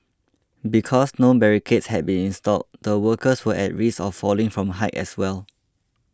because no barricades had been installed the workers were at risk of falling from height as well